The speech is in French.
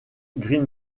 green